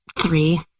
three